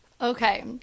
Okay